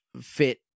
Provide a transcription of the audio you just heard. fit